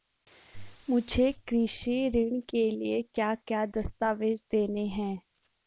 मुझे कृषि ऋण के लिए क्या क्या दस्तावेज़ देने हैं?